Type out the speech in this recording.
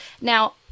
now